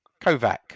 Kovac